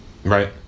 Right